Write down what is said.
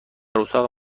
اتاق